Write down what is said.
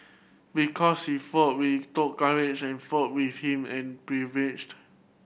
because he fought we took courage and fought with him and